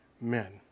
men